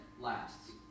lasts